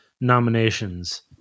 nominations